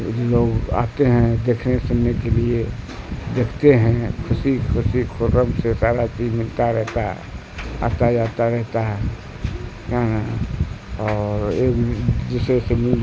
لوگ آتے ہیں دیکھنے سننے کے لیے دیکھتے ہیں خوشی خوشی خرم سے سارا چیز ملتا رہتا ہے آتا جاتا رہتا ہے اور ایک دوسرے سے